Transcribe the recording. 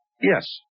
Yes